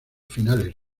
finales